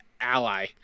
ally